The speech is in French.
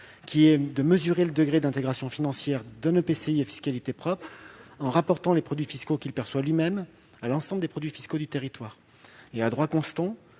qui est de mesurer le degré d'intégration financière d'un EPCI à fiscalité propre en rapportant les produits fiscaux qu'il perçoit lui-même à l'ensemble des produits fiscaux du territoire. À droit constant,